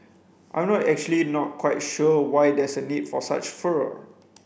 I'm actually not quite sure why there's a need for such furor